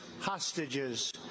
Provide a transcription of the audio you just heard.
hostages